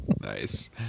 Nice